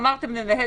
בואו ננהל